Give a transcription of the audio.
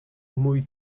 mój